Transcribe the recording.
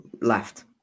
left